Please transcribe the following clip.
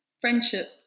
friendship